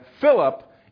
Philip